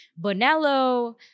Bonello